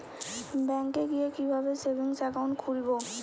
ব্যাঙ্কে গিয়ে কিভাবে সেভিংস একাউন্ট খুলব?